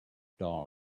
dog